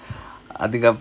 article